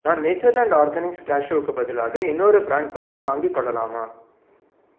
நான் Natureland Organics கேஷ்யூவுக்கு பதிலாக இன்னொரு ப்ராண்ட் பசை வாங்கிக் கொள்ளலாமா